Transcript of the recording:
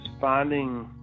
finding